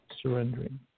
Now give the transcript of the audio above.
surrendering